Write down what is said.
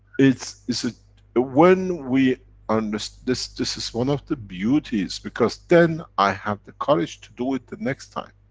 it's. it's a, when we understand, this. this is one of the beauties, because then, i have the courage to do it the next time.